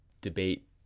debate